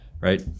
right